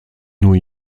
new